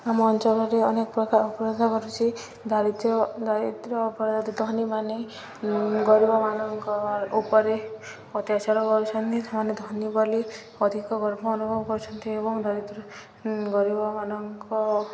ଆମ ଅଞ୍ଚଳରେ ଅନେକ ପ୍ରକାର ଅପରାଧ ଘଟୁଛି ଦାରିଦ୍ର୍ୟ ଦାରିଦ୍ର୍ୟ ଅପରାଧ ଧନୀମାନେ ଗରିବମାନଙ୍କ ଉପରେ ଅତ୍ୟାଚାର କରୁଛନ୍ତି ସେମାନେ ଧନୀ ବୋଲି ଅଧିକ ଗର୍ବ ଅନୁଭବ କରୁଛନ୍ତି ଏବଂ ଦରିଦ୍ର ଗରିବମାନଙ୍କ